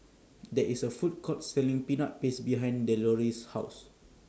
There IS A Food Court Selling Peanut Paste behind Deloris' House